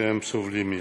שהם סובלים מהם.